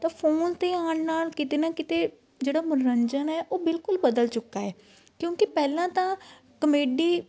ਤਾਂ ਫੋਨ ਤੇ ਆਉਣ ਨਾਲ ਕਿਤੇ ਨਾ ਕਿਤੇ ਜਿਹੜਾ ਮਨੋਰੰਜਨ ਹੈ ਉਹ ਬਿਲਕੁਲ ਬਦਲ ਚੁੱਕਾ ਹੈ ਕਿਉਂਕਿ ਪਹਿਲਾਂ ਤਾਂ ਕਮੇਡੀ